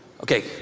Okay